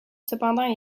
cependant